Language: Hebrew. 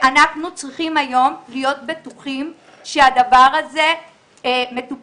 אנחנו צריכים היום להיות בטוחים שהדבר הזה מטופל.